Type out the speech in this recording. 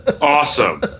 awesome